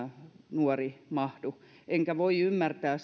nuori mahdu enkä voi ymmärtää